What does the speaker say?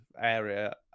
area